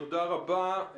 תודה רבה.